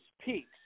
peaks